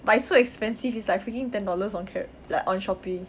but it's so expensive it's like freaking ten dollars on carou~ like on shopee